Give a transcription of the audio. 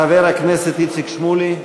חבר הכנסת איציק שמולי,